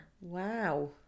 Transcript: wow